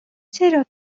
چرا